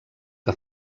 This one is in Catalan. que